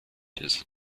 ist